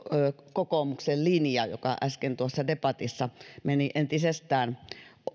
kokoomuksen linja joka äsken tuossa debatissa meni entisestään